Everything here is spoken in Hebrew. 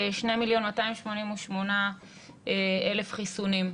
כ-2,288,000 חיסונים.